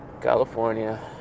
California